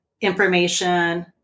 information